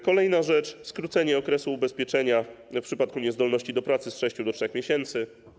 Kolejna rzecz to skrócenie okresu ubezpieczenia w przypadku niezdolności do pracy z 6 do 3 miesięcy.